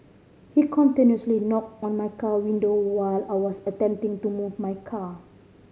he continuously knocked on my car window while I was attempting to move my car